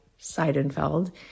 Seidenfeld